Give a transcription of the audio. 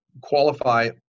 qualify